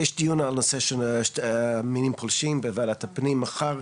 יש דיון על הנושא של מינים פולשים בוועדת הפנים מחר,